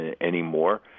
anymore